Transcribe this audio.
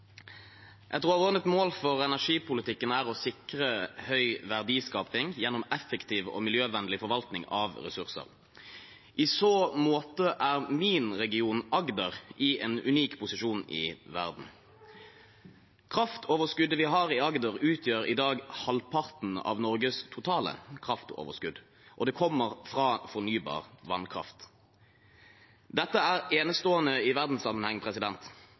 mål for energipolitikken er å sikre høy verdiskaping gjennom effektiv og miljøvennlig forvaltning av ressurser. I så måte er min region, Agder, i en unik posisjon i verden. Kraftoverskuddet vi har i Agder, utgjør i dag halvparten av Norges totale kraftoverskudd, og det kommer fra fornybar vannkraft. Dette er enestående i verdenssammenheng.